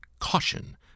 caution